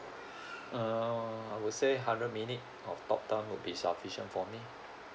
uh I would say hundred minute of talk time would be sufficient for me